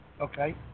okay